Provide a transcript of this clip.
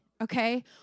Okay